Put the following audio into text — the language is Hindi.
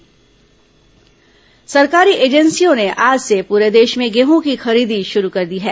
गेहूं खरीदी सरकारी एजेंसियों ने आज से पूरे देश में गेहूं की खरीदी शुरू कर दी है